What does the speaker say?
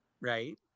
right